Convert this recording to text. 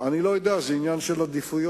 אבל אני לא יודע, זה עניין של עדיפויות.